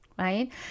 right